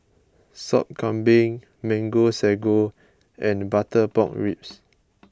Sop Kambing Mango Sago and Butter Pork Ribs